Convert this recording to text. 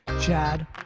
Chad